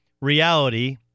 reality